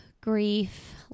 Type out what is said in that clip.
grief